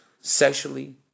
sexually